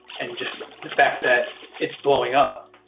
and just the fact that it's blowing up,